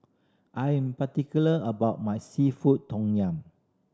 I am particular about my seafood tom yum